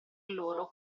loro